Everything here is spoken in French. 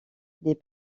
des